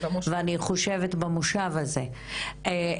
במושב הזה,